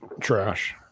trash